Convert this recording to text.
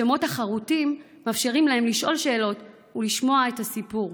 השמות החרוטים מאפשרים להם לשאול שאלות ולשמוע את הסיפור.